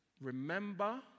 remember